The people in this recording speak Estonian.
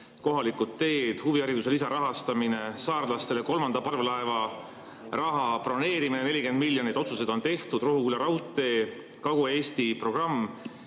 kohalikud teed, huvihariduse lisarahastamine, saarlastele kolmanda parvlaeva raha broneerimine 40 miljonit. Otsused on tehtud, Rohuküla raudtee, Kagu‑Eesti programm.